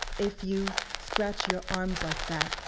if you scratch your arms like that,